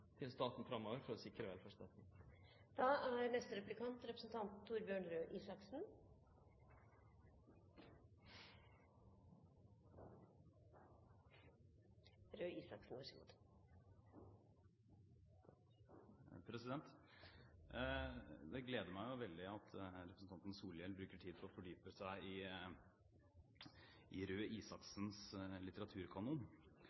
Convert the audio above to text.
til staten framover for å sikre velferdsstaten. Det gleder meg veldig at representanten Solhjell bruker tid på å fordype seg i Røe